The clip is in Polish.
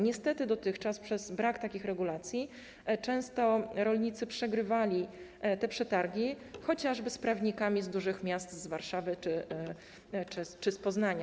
Niestety dotychczas przez brak takich regulacji często rolnicy przegrywali te przetargi chociażby z prawnikami z dużych miast, z Warszawy czy z Poznania.